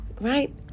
right